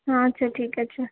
আচ্ছা ঠিক আছে